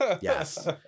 Yes